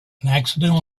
accidental